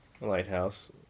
Lighthouse